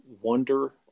wonder